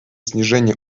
снижения